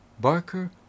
Barker